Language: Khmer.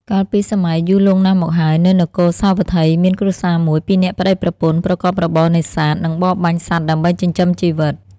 កាលពីសម័យយូរលង់ណាស់មកហើយ នៅនគរសាវត្ថី មានគ្រួសារមួយ ពីរនាក់ប្តីប្រពន្ធ ប្រកបរបរនេសាទ និងបរបាញ់សត្វដើម្បីចិញ្ចឹមជីវិត ។